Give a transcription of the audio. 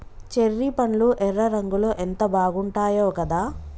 cherry పండ్లు ఎర్ర రంగులో ఎంత బాగుంటాయో కదా